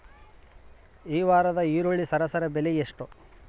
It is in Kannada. ಈ ವಾರದ ಈರುಳ್ಳಿ ಸರಾಸರಿ ಬೆಲೆ ಎಷ್ಟು?